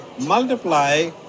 multiply